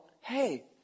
hey